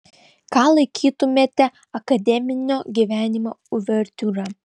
ką laikytumėte akademinio gyvenimo uvertiūra